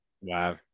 wow